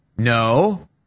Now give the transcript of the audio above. No